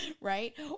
Right